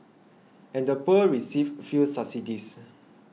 and the poor received few subsidies